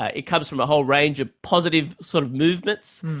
ah it comes from a whole range of positive sort of movements.